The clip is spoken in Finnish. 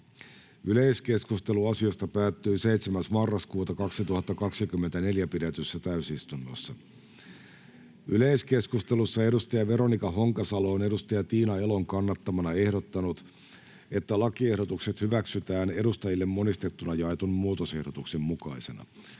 Yleiskeskustelu asiasta päättyi 7.11.2024 pidetyssä täysistunnossa. Yleiskeskustelussa edustaja Veronika Honkasalo on edustaja Tiina Elon kannattamana ehdottanut, että lakiehdotukset hyväksytään edustajille monistettuna jaetun muutosehdotuksen mukaisena.